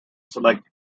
select